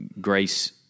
grace